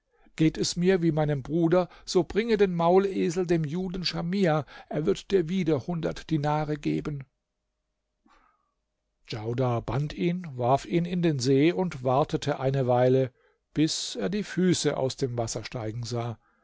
geht es mir wie meinem bruder so bringe den maulesel dem juden schamia er wird dir wieder hundert dinare geben djaudar band ihn warf ihn in den see und wartete eine weile bis er die füße aus dem wasser steigen sah